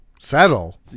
Settle